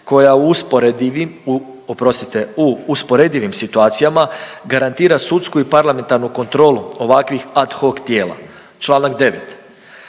u usporedivim situacijama garantira sudsku i parlamentarnu kontrolu ovakvih ad hoc tijela. Čl. 9.,